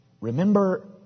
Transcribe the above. Remember